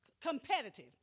competitive